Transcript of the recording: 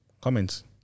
comments